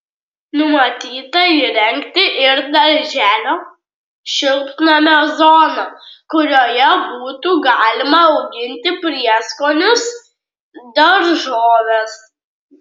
numatyta įrengti ir darželio šiltnamio zoną kurioje būtų galima auginti prieskonius daržoves